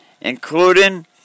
including